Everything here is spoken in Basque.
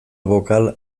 bokal